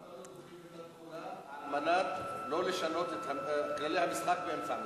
למה לא דוחים את התחולה על מנת לא לשנות את כללי המשחק באמצע המשחק?